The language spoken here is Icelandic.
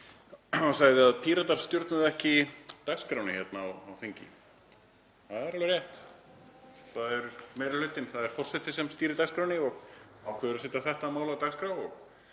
sagði að Píratar stjórnuðu ekki dagskránni hér á þingi. Það er alveg rétt, það er meiri hlutinn, það er forseti sem stýrir dagskránni og ákveður að setja þetta mál á dagskrá.